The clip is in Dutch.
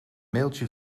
mailtje